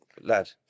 lad